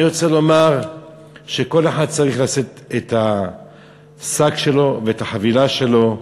אני רוצה לומר שכל אחד צריך לשאת את השק שלו ואת החבילה שלו,